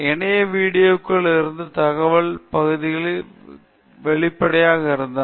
இணைய வீடியோக்களை இருந்து தகவல் மிகுதியாக தெளிவாக இருந்தன